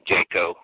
Jaco